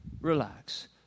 relax